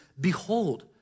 Behold